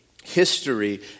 History